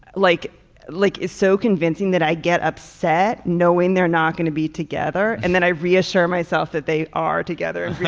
like lick is so convincing that i get upset knowing they're not going to be together and then i reassure myself that they are together and yeah